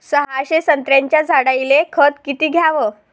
सहाशे संत्र्याच्या झाडायले खत किती घ्याव?